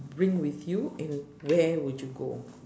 bring with you and where would you go